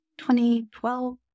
2012